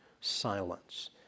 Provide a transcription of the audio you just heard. silence